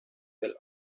del